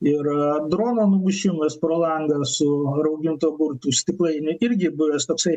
ir drono numušimas pro langą su raugintų agurkų stiklainių irgi buvęs toksai